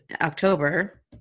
October